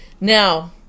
Now